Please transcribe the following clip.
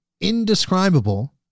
indescribable